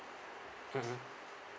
mmhmm